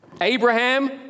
Abraham